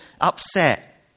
upset